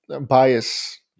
bias